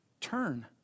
Turn